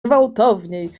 gwałtowniej